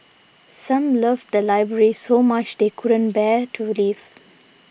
some love the library so much they couldn't bear to leave